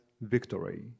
victory